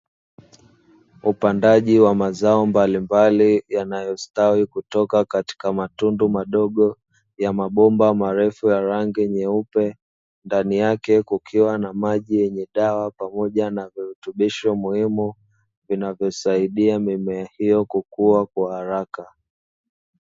Upandaji wa mazao mbalimbali, yanayostawi kutoka katika matundu madogo ya mabomba marefu ya rangi nyeupe, ndani yake kukiwa na maji yenye dawa, pamoja na virutubisho muhimu, vinavyosaidia mimea hiyo kukua kwa haraka.